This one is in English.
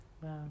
Wow